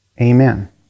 Amen